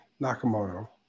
Nakamoto